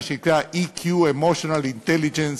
מה שנקרא EQ, Emotional Intelligence,